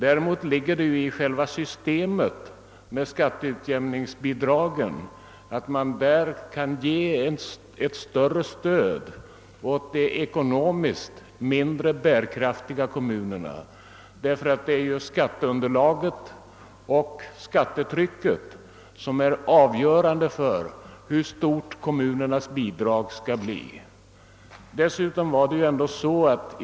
Däremot ligger det i själva systemet med skatteutjämningsbidragen att man kan ge ett större stöd åt de ekonomiskt mindre bärkraftiga kommunerna. Det är ju skatteunderlaget och skattetrycket som är avgörande för hur stort kommunernas bidrag skall bli.